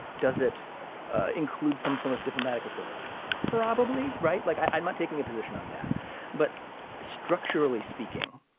does it include some form of diplomatic authority. probably right. like i'm not taking a position on that but structurally speaking